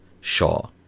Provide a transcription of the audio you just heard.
Shaw